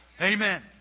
Amen